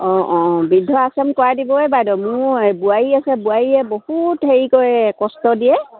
অঁ অঁ বৃদ্ধ আশ্ৰম কৰাই দিবই বাইদেউ মোৰ বোৱাৰী আছে বোৱাৰীয়ে বহুত হেৰি কৰে কষ্ট দিয়ে